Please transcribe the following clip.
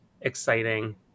exciting